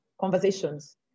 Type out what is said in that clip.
conversations